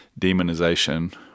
demonization